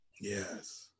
yes